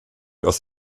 aus